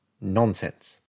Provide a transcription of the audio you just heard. nonsense